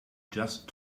just